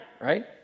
right